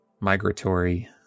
migratory